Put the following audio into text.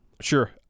Sure